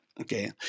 okay